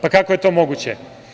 Kako je to moguće?